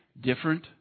Different